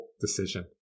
decision